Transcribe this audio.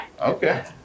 Okay